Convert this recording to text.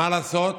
ומה לעשות?